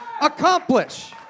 accomplish